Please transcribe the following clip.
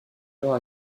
alors